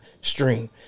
stream